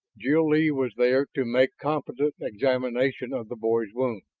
jil-lee was there to make competent examination of the boy's wound.